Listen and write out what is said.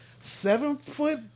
seven-foot